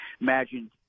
imagine